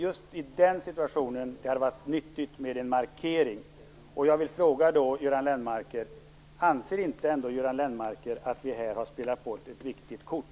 Just i den situationen hade det varit nyttigt med en markering. Jag vill ställa en fråga till Göran Lennmarker. Anser ändå inte Göran Lennmarker att vi här har spelat bort ett viktigt kort?